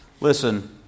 Listen